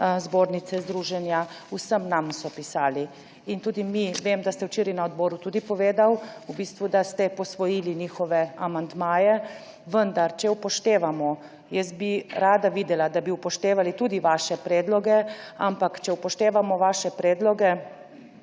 zbornice, združenja. Vsem nam so pisali. In tudi mi, vem, da ste včeraj na odboru tudi povedali, da ste posvojili njihove amandmaje. Jaz bi rada videla, da bi upoštevali tudi vaše predloge, ampak če upoštevamo vaše predloge,